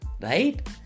Right